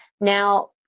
Now